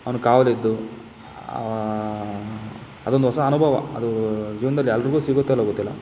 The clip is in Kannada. ಅವ್ನಿಗ್ ಕಾವಲಿದ್ದು ಅದೊಂದು ಹೊಸ ಅನುಭವ ಅದು ಜೀವನ್ದಲ್ಲಿ ಎಲ್ರಿಗೂ ಸಿಗುತ್ತೋ ಇಲ್ವೋ ಗೊತ್ತಿಲ್ಲ